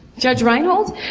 judge reinhold.